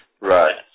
Right